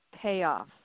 payoff